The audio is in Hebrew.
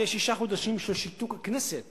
יהיו שישה חודשים של שיתוק הכנסת